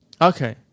Okay